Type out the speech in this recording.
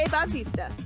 Bautista